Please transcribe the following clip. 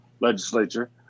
legislature